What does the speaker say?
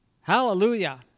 Hallelujah